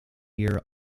year